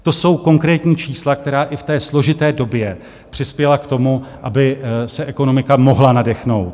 To jsou konkrétní čísla, která i v té složité době přispěla k tomu, aby se ekonomika mohla nadechnout.